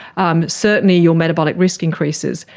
um certainly your metabolic risk increases.